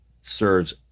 serves